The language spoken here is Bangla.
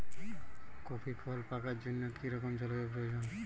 কফি ফল পাকার জন্য কী রকম জলবায়ু প্রয়োজন?